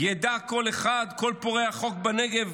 ידע כל אחד, כל פורע חוק בנגב,